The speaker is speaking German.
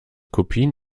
kopien